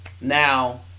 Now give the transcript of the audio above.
Now